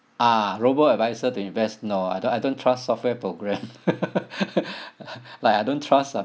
uh robo-adviser to invest no I don't I don't trust software program like I don't trust uh